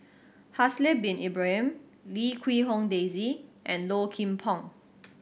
Haslir Bin Ibrahim Lim Quee Hong Daisy and Low Kim Pong